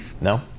No